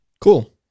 Cool